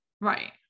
Right